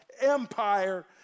empire